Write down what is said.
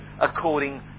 according